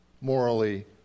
morally